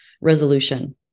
resolution